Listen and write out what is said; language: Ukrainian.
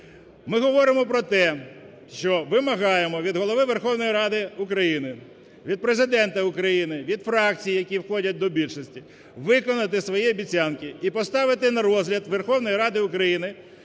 Ми говоримо про те, що вимагаємо від Голови Верховної Ради України, від Президента України, від фракцій, які входять до більшості, виконати свої обіцянки і поставити на розгляд Верховної Ради України